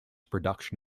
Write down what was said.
production